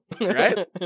Right